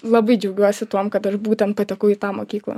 labai džiaugiuosi tuom kad aš būtent patekau į tą mokyklą